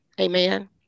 amen